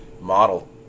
model